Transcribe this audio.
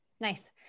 Nice